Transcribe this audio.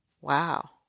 Wow